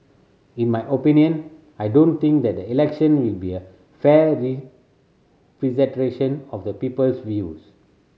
in my opinion I don't think that the election will be a fair representation of the people's views